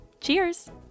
Cheers